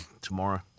tomorrow